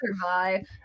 survive